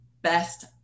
best